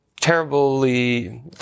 Terribly